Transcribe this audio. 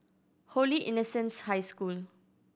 Holy Innocents' High School